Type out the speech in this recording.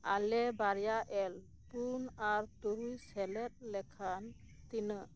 ᱟᱞᱮ ᱵᱟᱨᱭᱟ ᱮᱞ ᱯᱩᱱ ᱟᱨ ᱛᱩᱨᱩᱭ ᱥᱮᱞᱮᱫ ᱞᱮᱠᱷᱟᱱ ᱛᱤᱱᱟᱹᱜ